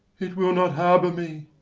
it will not harbour me!